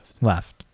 left